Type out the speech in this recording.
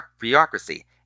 bureaucracy